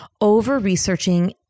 over-researching